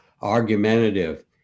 argumentative